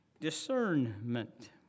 discernment